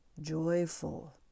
joyful